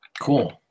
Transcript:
cool